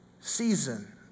season